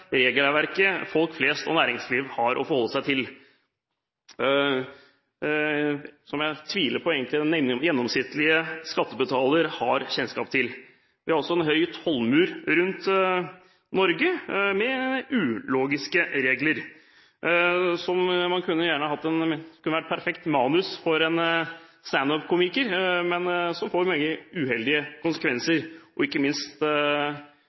regelverket folk flest og næringslivet har å forholde seg til, og som jeg egentlig tviler på at den gjennomsnittlige skattebetaler har kjennskap til. Vi har også en høy tollmur rundt Norge, med ulogiske regler som gjerne kunne vært et perfekt manus for en stand-up-komiker, men som får mange uheldige konsekvenser, ikke minst